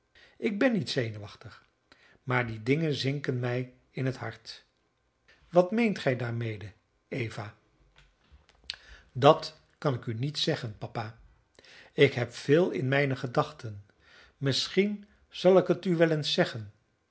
ik ben niet zenuwachtig maar die dingen zinken mij in het hart wat meent gij daarmede eva dat kan ik u niet zeggen papa ik heb veel in mijne gedachten misschien zal ik het u wel eens zeggen